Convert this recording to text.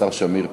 השר שמיר פה.